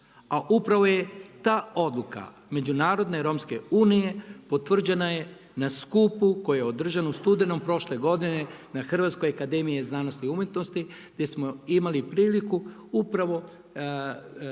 A upravo je ta odluka Međunarodne romske unije, potvrđena je na skupu koja je održana u studenome prošle godine na Hrvatskoj akademiji znanosti i umjetnosti, gdje smo imali priliku upravo